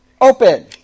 Open